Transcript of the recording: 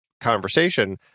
conversation